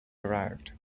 arrived